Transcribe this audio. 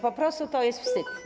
Po prostu to jest wstyd.